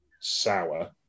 sour